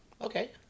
Okay